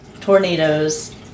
Tornadoes